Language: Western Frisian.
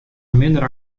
minder